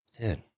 Dude